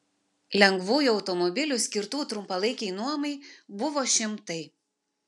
lengvųjų automobilių skirtų trumpalaikei nuomai buvo šimtai